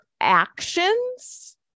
actions